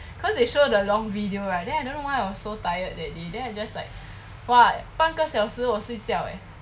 cause they show the long video right then I don't know why I was so tired that day then I just like !wah! 半个小时我睡觉 eh